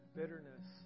bitterness